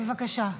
בבקשה.